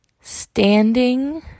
standing